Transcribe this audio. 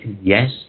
Yes